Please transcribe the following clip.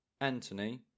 Anthony